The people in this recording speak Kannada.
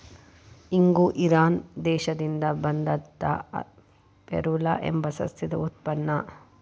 ಇಂಗು ಇರಾನ್ ದೇಶದಿಂದ ಬಂದಂತಾ ಫೆರುಲಾ ಎಂಬ ಸಸ್ಯದ ಉತ್ಪನ್ನ